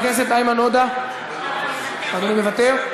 מוותר,